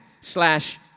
slash